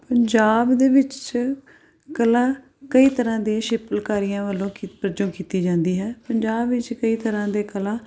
ਪੰਜਾਬ ਦੇ ਵਿੱਚ ਕਲਾ ਕਈ ਤਰ੍ਹਾਂ ਦੇ ਸ਼ਿਲਪਕਾਰੀਆਂ ਵੱਲੋਂ ਕੀ ਵਜੋਂ ਕੀਤੀ ਜਾਂਦੀ ਹੈ ਪੰਜਾਬ ਵਿੱਚ ਕਈ ਤਰ੍ਹਾਂ ਦੇ ਕਲਾ